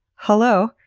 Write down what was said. hello!